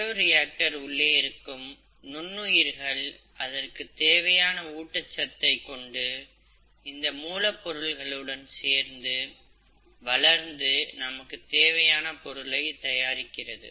bioreactor உள்ளே இருக்கும் நுண்ணுயிர்கள் அதற்கு தேவையான ஊட்டச்சத்தை கொண்டு இந்த மூலப்பொருளுடன் சேர்ந்து வளர்ந்து நமக்கு தேவையான பொருளை தயாரிக்கிறது